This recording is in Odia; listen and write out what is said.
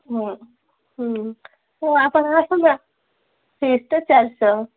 ହୁଁ ହୁଁ ହେଉ ଆପଣ ଆସନ୍ତୁ ଫିସ୍ ତ ଚାରିଶହ